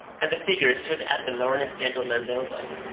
and the figure stood at the learned gentleman's elbow,